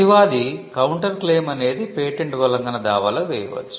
ప్రతివాది counter claim అనేది patent ఉల్లంఘన దావాలో వేయవచ్చు